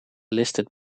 listed